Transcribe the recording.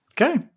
Okay